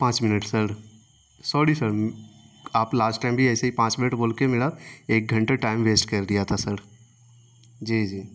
پانچ minute sir sorry sir آپ last time بھی ایسے ہی پانچ منٹ بول کے میرا ایک گھنٹہ ٹائم ویٹ کر دیا تھا سر جی جی